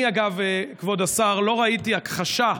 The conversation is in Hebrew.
אני, אגב, כבוד השר, לא ראיתי הכחשה,